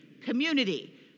community